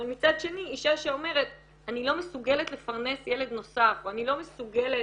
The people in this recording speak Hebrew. אבל מצד שני אישה שאומרת אני לא מסוגלת לפרנס ילד נוסף או אני לא מסוגלת